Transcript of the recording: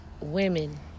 women